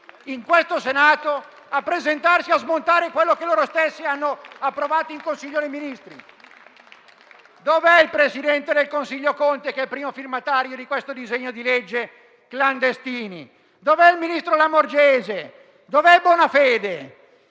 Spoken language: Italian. avere la faccia di presentarsi in Aula a smontare quello che loro stessi hanno approvato in Consiglio dei Ministri. Dov'è il presidente del Consiglio Conte, che è il primo firmatario di questo disegno di legge "clandestini"? Dov'è il ministro Lamorgese? Dov'è Bonafede?